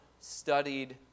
studied